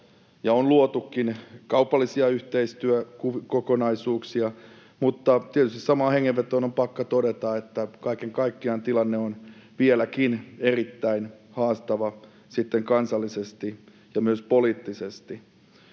on luotukin kaupallisia yhteistyökokonaisuuksia, mutta tietysti samaan hengenvetoon on pakko todeta, että kaiken kaikkiaan tilanne on vieläkin erittäin haastava kansallisesti ja myös poliittisesti.